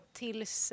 tills